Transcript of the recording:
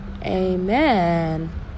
amen